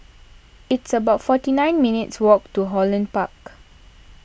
it's about forty nine minutes' walk to Holland Park